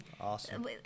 Awesome